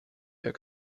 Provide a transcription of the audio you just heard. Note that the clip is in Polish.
jak